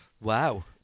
Wow